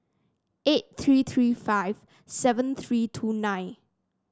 eight three three five seven three two nine